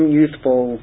youthful